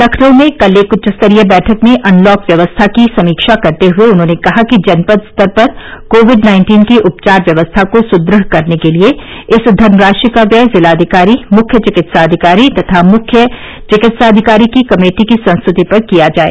लखनऊ में कल एक उच्च स्तरीय बैठक में अनलॉक व्यवस्था की समीक्षा करते हुए उन्होंने कहा कि जनपद स्तर पर कोविड नाइन्टीन की उपचार व्यवस्था को सुदृढ़ करने के लिए इस धनराशि का व्यय जिलाधिकारी मुख्य चिकित्साधिकारी तथा मुख्य चिकित्साधिकारी की कमेटी की संस्तृति पर किया जाए